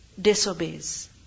disobeys